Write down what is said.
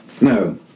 No